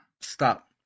Stop